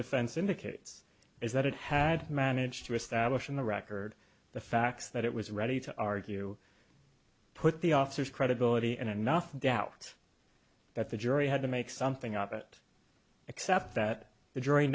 defense indicates is that it had managed to establish in the record the facts that it was ready to argue put the officers credibility and enough in doubt that the jury had to make something of it except that the jury